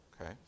okay